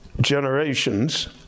generations